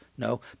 No